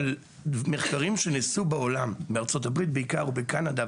מחקרים שנעשו בעולם בעיקר בארצות הברית ובקנדה,